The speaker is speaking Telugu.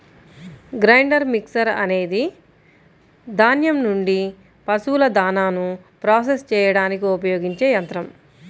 గ్రైండర్ మిక్సర్ అనేది ధాన్యం నుండి పశువుల దాణాను ప్రాసెస్ చేయడానికి ఉపయోగించే యంత్రం